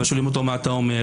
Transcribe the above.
שואלים אותו: מה אתה אומר?